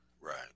Right